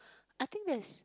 I think there's